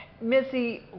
Missy